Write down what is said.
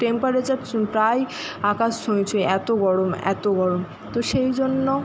temperature প্রায় আকাশ ছুঁই ছুঁই এত গরম এত গরম তো সেই জন্য